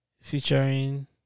featuring